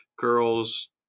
girls